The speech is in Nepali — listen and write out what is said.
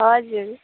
हजुर